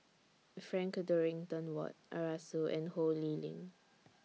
Frank Dorrington Ward Arasu and Ho Lee Ling